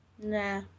Nah